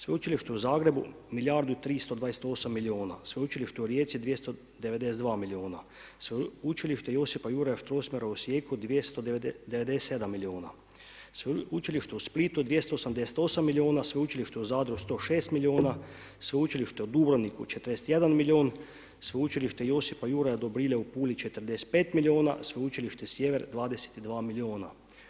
Sveučilište u Zagrebu – milijardu i 328 miliona, sveučilište u Rijeci – 292 miliona, sveučilište Josipa Juraja Strossmayera u Osijeku – 297 miliona, sveučilište u Splitu – 288 miliona, sveučilište u Zadru – 106 miliona, sveučilište u Dubrovniku – 41 milion, sveučilište Josipa Juraja Dobrile u Puli – 45 miliona, sveučilište Sjever – 22 miliona.